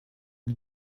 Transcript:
для